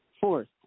Fourth